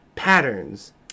patterns